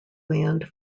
land